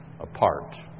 Apart